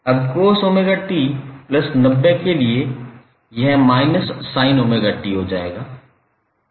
अब cos𝜔𝑡90 के लिए यह −sin𝜔𝑡 हो जाएगा